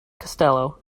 costello